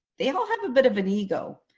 they all have a bit of an ego.